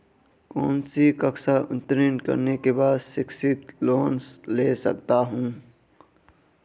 कौनसी कक्षा उत्तीर्ण करने के बाद शिक्षित लोंन ले सकता हूं?